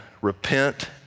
repent